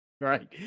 right